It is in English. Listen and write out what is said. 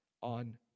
on